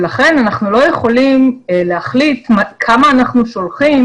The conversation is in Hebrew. ולכן אנחנו לא יכולים להחליט כמה אנחנו שולחים